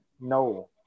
No